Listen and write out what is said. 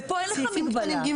ופה אין לך מגבלה.